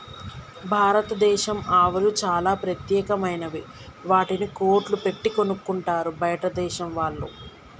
భారతదేశం ఆవులు చాలా ప్రత్యేకమైనవి వాటిని కోట్లు పెట్టి కొనుక్కుంటారు బయటదేశం వాళ్ళు